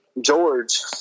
George